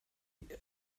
der